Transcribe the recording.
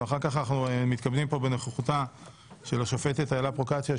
אנחנו מתכבדים כאן בנוכחותה של השופטת אילה פרוקצ'יה,